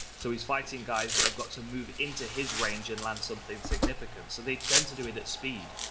so he's fighting fighting guys that have got to move into his range and land something significant. so they tend to do it at speed.